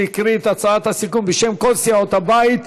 שהקריא את הצעת הסיכום בשם כל סיעות הבית.